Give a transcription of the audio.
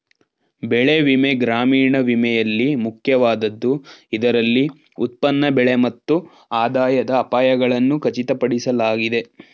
ಬೆಳೆ ವಿಮೆ ಗ್ರಾಮೀಣ ವಿಮೆಯಲ್ಲಿ ಮುಖ್ಯವಾದದ್ದು ಇದರಲ್ಲಿ ಉತ್ಪನ್ನ ಬೆಲೆ ಮತ್ತು ಆದಾಯದ ಅಪಾಯಗಳನ್ನು ಖಚಿತಪಡಿಸಲಾಗಿದೆ